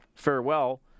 farewell